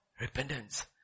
repentance